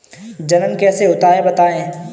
जनन कैसे होता है बताएँ?